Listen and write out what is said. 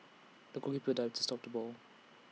the goalkeeper dived to stop the ball